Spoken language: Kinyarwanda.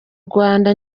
rwanda